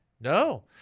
No